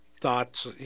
thoughts